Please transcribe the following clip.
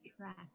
track